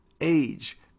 age